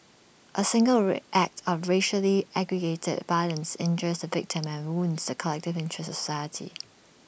A single ray act of racially aggravated violence injures the victim and wounds the collective interests of society